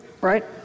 right